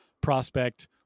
prospect